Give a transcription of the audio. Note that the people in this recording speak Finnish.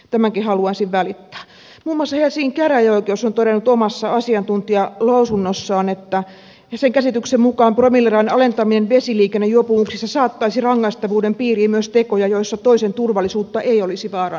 muun muassa helsingin käräjäoikeus on todennut omassa asiantuntijalausunnossaan että sen käsityksen mukaan promillerajan alentaminen vesiliikennejuopumuksissa saattaisi rangaistavuuden piiriin myös tekoja joissa toisen turvallisuutta ei olisi vaarannettu